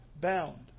bound